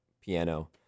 piano